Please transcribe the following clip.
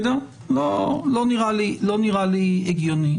לא נראה לי הגיוני.